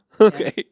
Okay